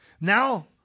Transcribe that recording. Now